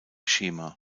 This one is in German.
schema